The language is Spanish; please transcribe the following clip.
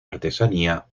artesanía